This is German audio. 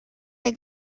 der